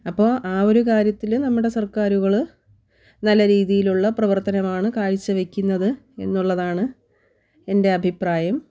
അപ്പോൾ ആ ഒരു കാര്യത്തിൽ നമ്മുടെ സർക്കാരുകൾ നല്ല രീതിയിലുള്ള പ്രവർത്തനമാണ് കാഴ്ച വെക്കുന്നത് എന്നുള്ളതാണ് എൻ്റെ അഭിപ്രായം